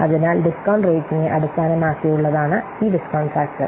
അതിനാൽ ഡിസ്കൌണ്ട് റേറ്റിനെ അടിസ്ഥാനമാക്കിയുള്ള ഈ ഡിസ്കൌണ്ട്ഫാക്ടർ